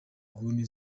nguni